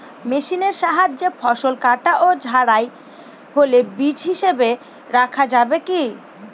মেশিনের সাহায্যে ফসল কাটা ও ঝাড়াই হলে বীজ হিসাবে রাখা যাবে কি?